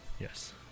Yes